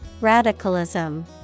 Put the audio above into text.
Radicalism